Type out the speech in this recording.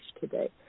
today